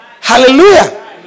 Hallelujah